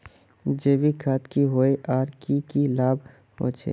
जैविक खाद की होय आर की की लाभ होचे?